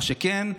מה שכן,